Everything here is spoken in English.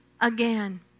again